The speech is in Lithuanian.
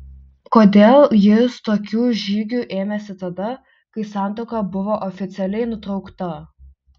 kodėl jis tokių žygių ėmėsi tada kai santuoka buvo oficialiai nutraukta